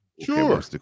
Sure